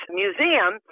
museum